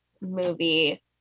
movie